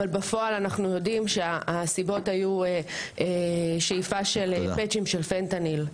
אבל בפועל אנחנו יודעים שהסיבות היו שאיפה של --- של פנטניל.